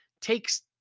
takes